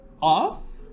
off